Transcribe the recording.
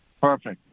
Perfect